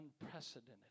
unprecedented